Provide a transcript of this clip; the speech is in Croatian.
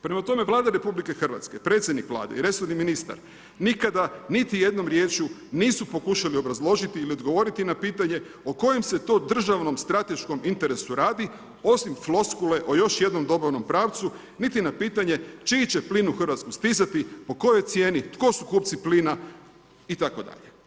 Prema tome, Vlada RH, predsjednik Vlade i resorni ministar nikada niti jednom riječju nisu pokušali obrazložiti ili odgovoriti na pitanje o kojem se to državnom strateškom interesu radi osim floskule o još jednom dobavnom pravcu niti na pitanje čiji će plin u Hrvatskoj stizati, po kojoj cijeni, tko su kupci plina itd.